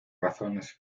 razones